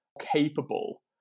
capable